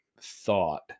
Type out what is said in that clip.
thought